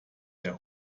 der